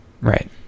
Right